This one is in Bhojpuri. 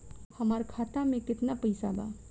हमार खाता मे केतना पैसा बा?